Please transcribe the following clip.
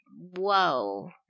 whoa